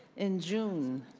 in june,